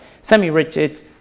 Semi-rigid